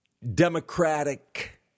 Democratic